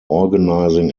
organizing